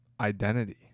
identity